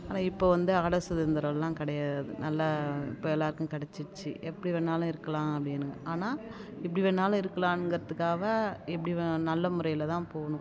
ஆனால் இப்போ வந்து ஆடை சுதந்திரம்லாம் கிடையாது நல்லா இப்போது எல்லோருக்கும் கெடைச்சிருச்சு எப்படி வேணுனாலும் இருக்கலாம் அப்படின்னு ஆனால் இப்படி வேணுனாலும் இருக்கலாங்கிறதுக்காவ எப்படி நல்ல முறையில் தான் போகணும்